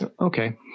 okay